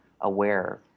aware